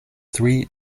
three